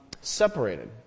separated